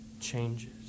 changes